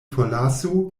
forlasu